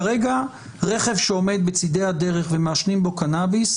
כרגע רכב שעומד בצידי הדרך ומעשנים בו קנאביס,